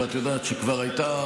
ואת יודעת שכבר הייתה,